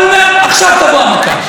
הוא אומר: עכשיו תבוא המכה.